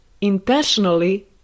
intentionally